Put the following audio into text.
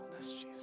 Jesus